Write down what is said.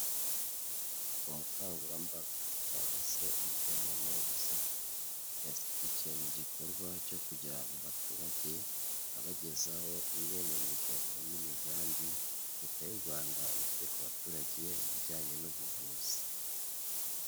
Umukangurambaga cyangwa se umujyanama w'ubuzima. Yazindukiye mu gikorwa cyo kujya mu baturage, abagezaho imwe mu migabo n'imigambi Leta y'u Rwanda ifite ku baturage, mu bijyanye n'ubuvuzi.